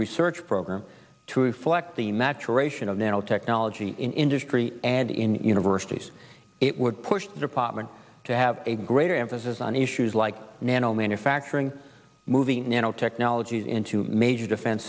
research program to flecked the maturation of nanotechnology in industry and in universities it would push the department to have a greater emphasis on issues like nano manufacturing moving nanotechnologies into major defen